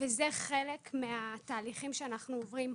וזה חלק מהתהליכים שאנחנו עוברים.